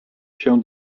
się